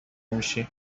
میشی